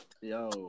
Yo